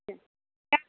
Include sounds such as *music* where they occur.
*unintelligible*